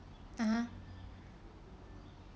mmhmm